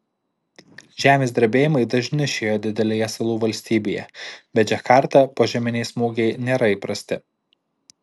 žemės drebėjimai dažni šioje didelėje salų valstybėje bet džakartą požeminiai smūgiai nėra įprasti